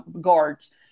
guards